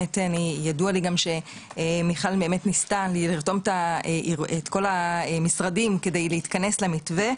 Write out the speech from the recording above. ובאמת ידוע לי שמיכל באמת ניסתה לרתום את כל המשרדים כדי להתכנס למתווה.